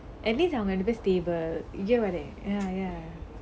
at least I'm going to be stable இது பாரேன்:ithu paaraen ya ya